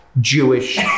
Jewish